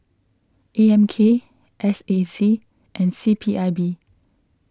A M K S A C and C P I B